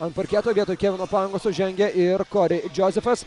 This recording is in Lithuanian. ant parketo vietoj kevino pangoso žengia ir kori džozefas